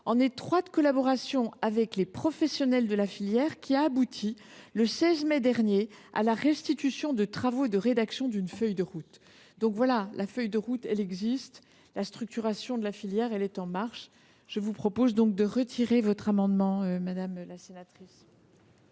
en étroite collaboration avec les professionnels de la filière, qui a abouti, le 16 mai dernier, à la restitution des travaux de rédaction d’une feuille de route. La feuille de route existe donc bel et bien et la structuration de la filière est en marche. Je vous propose donc de retirer votre amendement, monsieur le sénateur.